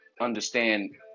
understand